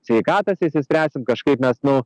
sveikatas išsispręsim kažkaip mes nu